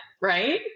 Right